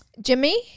Jimmy